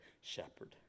shepherd